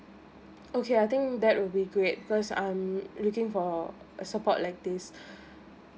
okay I think that will be great because I'm looking for a support like this